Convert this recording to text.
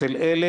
אצל אלה,